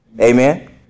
Amen